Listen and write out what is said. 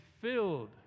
filled